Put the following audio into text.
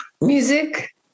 music